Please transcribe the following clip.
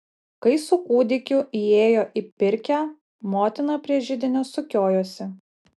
kai su kūdikiu įėjo į pirkią motina prie židinio sukiojosi